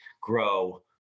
grow